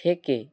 থেকে